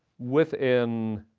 within